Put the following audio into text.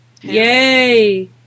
yay